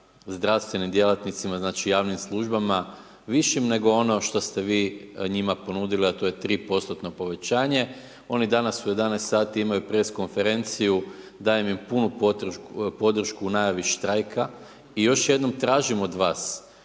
zdravstvenim djelatnicama, znači javnim službama, višim nego ono što ste vi njima ponudili, a to je 3% povećanje. Oni danas u 11 h, imaju press konferenciju, dajem im punu podršku u najavi štrajka i još jednom tražim od vas,